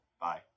Bye